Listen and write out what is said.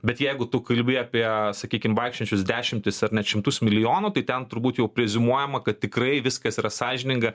bet jeigu tu kalbi apie sakykim vaikšiojančius dešimtis ar net šimtus milijonų tai ten turbūt jau preziumuojama kad tikrai viskas yra sąžininga